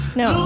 no